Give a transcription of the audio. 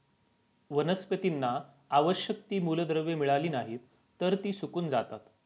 वनस्पतींना आवश्यक ती मूलद्रव्ये मिळाली नाहीत, तर ती सुकून जातात